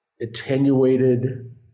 attenuated